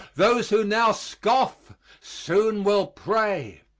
those who now scoff soon will pray.